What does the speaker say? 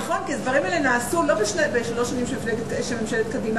הדברים האלה נעשו לא בשלוש שנים של מפלגת קדימה.